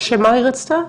שמה היא רצתה?